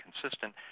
consistent